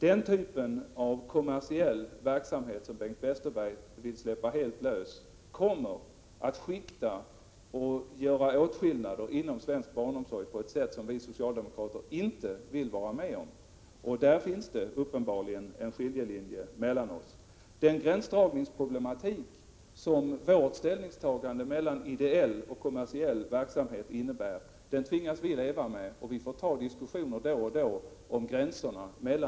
Den typ av kommersiell verksamhet som Bengt Westerberg vill släppa helt lös kommer att skikta och göra åtskillnader inom svensk barnomsorg på ett sätt som vi socialdemokrater inte vill vara med om. Där finns det uppenbarligen en skiljelinje mellan oss. Låt vara att vi tvingas att leva med den gränsdragningsproblematik när det gäller ideell och kommersiell verksamhet som vårt ställningstagande innebär, och att det då och då förs en diskussion om gränser mellan dessa olika verksamheter.